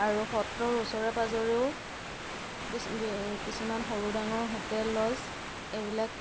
আৰু সত্ৰৰ ওচৰে পাজৰেও কিছু কিছুমান সৰু ডাঙৰ হোটেল লজ এইবিলাক